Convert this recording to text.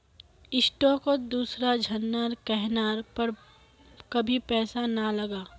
स्टॉकत दूसरा झनार कहनार पर कभी पैसा ना लगा